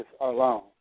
alone